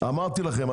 אמרתי לכם,